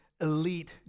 Elite